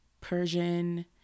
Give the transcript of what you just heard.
Persian